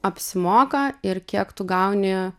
apsimoka ir kiek tu gauni